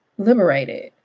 liberated